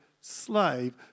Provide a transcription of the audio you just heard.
slave